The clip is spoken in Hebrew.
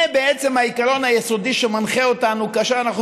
זה בעצם העיקרון היסודי שמנחה אותנו כאשר אנחנו